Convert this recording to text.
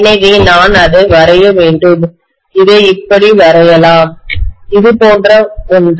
எனவே நான் அதை வரைய வேண்டும் இதை இப்படி வரையலாம் இது போன்ற ஒன்று